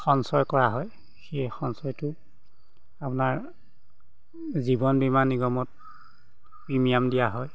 সঞ্চয় কৰা হয় সেই সঞ্চয়টো আপোনাৰ জীৱন বীমা নিগমত প্ৰিমিয়াম দিয়া হয়